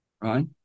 right